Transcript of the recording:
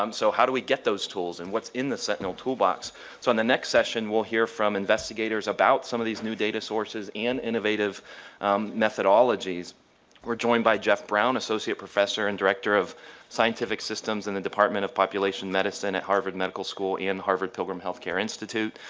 um so how do we get those tools and what's in the sentinel toolbox so in the next session will hear from investigators about some of these new data sources and innovative methodologies we're joined by jeff brown associate professor and director of scientific systems in the department of population medicine at harvard medical school and harvard-pilgrim healthcare institute.